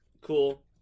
cool